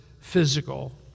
physical